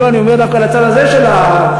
אני אומר דווקא לצד הזה של הבית.